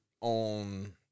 on